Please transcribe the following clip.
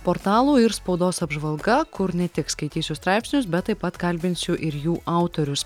portalų ir spaudos apžvalga kur ne tik skaitysiu straipsnius bet taip pat kalbinsiu ir jų autorius